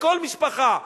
בכל משפחה,